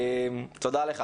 תודה לך.